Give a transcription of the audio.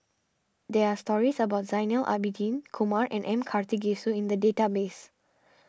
there are stories about Zainal Abidin Kumar and M Karthigesu in the database